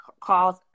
calls